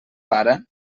para